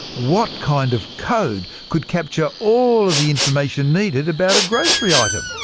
what kind of code could capture all the information needed about a grocery item?